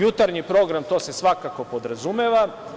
Jutarnji program, to se svakako podrazumeva.